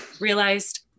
realized